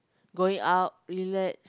going out relax